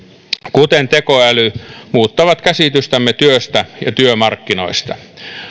kuten tekoäly muuttavat käsitystämme työstä ja työmarkkinoista